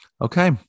Okay